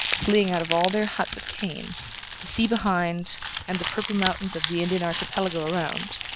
fleeing out of all their huts of cane the sea behind and the purple mountains of the indian archipelago around,